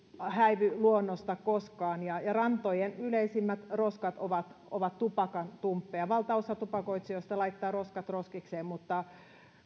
häivy luonnosta koskaan rantojen yleisimmät roskat ovat ovat tupakantumppeja valtaosa tupakoitsijoista laittaa roskat roskikseen mutta